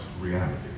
reality